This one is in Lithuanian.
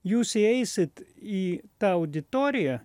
jūs įeisit į tą auditoriją